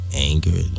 anger